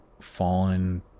fallen